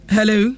Hello